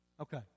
Okay